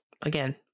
Again